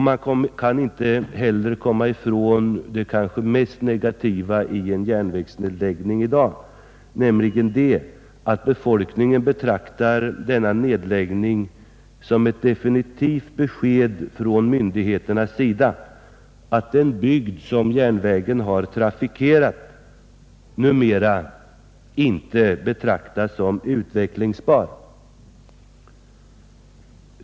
Man kan inte heller komma ifrån det kanske mest negativa i en järnvägsnedläggning i dag: Befolkningen betraktar en nedläggning som ett definitivt besked från myndigheterna att den bygd som järnvägslinjen har trafikerat inte längre betraktas som utvecklingsbar.